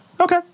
okay